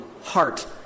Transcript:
heart